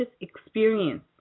experience